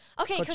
Okay